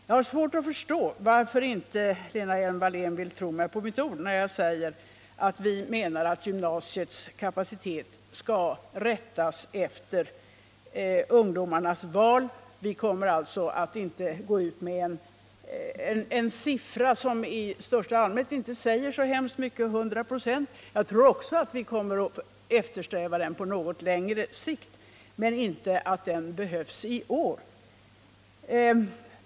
Jag har svårt att förstå varför inte Lena Hjelm-Wallén vill tro mig på mitt ord när jag säger att vi menar att gymnasiets kapacitet skall rättas efter ungdomarnas val. Vi kommer alltså inte att gå ut med en siffra som i största allmänhet inte säger så särskilt mycket: 100 96. Jag tror att vi kommer att eftersträva det målet på något längre sikt, men det behövs inte i år.